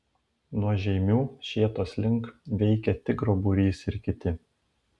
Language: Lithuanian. nuo žeimių šėtos link veikė tigro būrys ir kiti